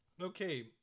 Okay